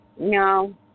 No